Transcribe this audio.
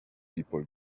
people